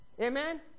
Amen